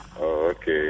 Okay